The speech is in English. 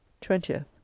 Twentieth